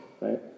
right